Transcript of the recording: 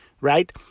right